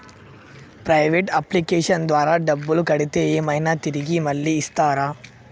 Private అప్లికేషన్ల ద్వారా డబ్బులు కడితే ఏమైనా తిరిగి మళ్ళీ ఇస్తరా?